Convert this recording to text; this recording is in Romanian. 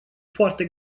foarte